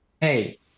hey